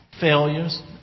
failures